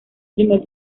primer